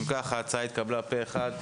ההצעה התקבלה פה אחד,